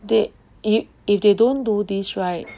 they they if they don't do this right